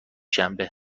شنبه